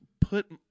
put –